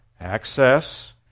access